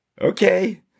Okay